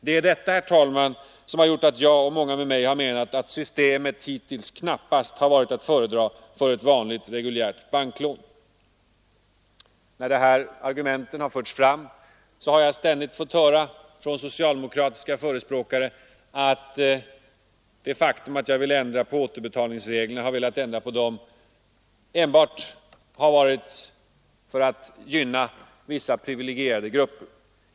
Det är detta, herr talman, som gjort att jag och många med mig har menat att systemet knappast har varit att föredra före ett vanligt banklån. När dessa argument förts fram har jag ständigt fått höra från socialdemokratiska förespråkare att enda anledningen till att jag vill ändra på återbetalningsreglerna varit att jag velat gynna vissa privilegierade grupper.